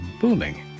booming